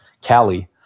Cali